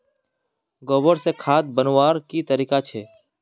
गोबर से खाद बनवार की तरीका छे?